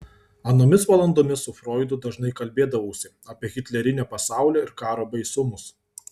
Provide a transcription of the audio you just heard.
anomis valandomis su froidu dažnai kalbėdavausi apie hitlerinio pasaulio ir karo baisumus